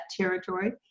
territory